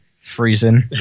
Freezing